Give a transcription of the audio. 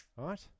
Right